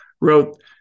wrote